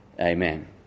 Amen